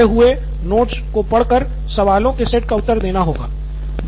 आपको दिये गए हुए नोट्स को पढ़ कर सवालों के सेट का उत्तर देना होगा